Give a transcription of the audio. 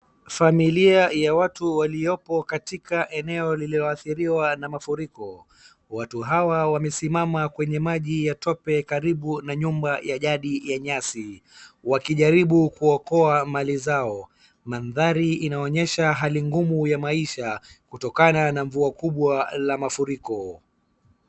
Familia ya watu waliopo katika eneo lililoathiriwa na mafuriko, watu hawa wamesimama kwenye maji ya tope karibu na nyumba ya jadi ya nyasi wakijaribu kuokoa mali zao. Mandhari inaonyesha hali ngumu ya maisha kutokana na mvua kubwa la mafuriko.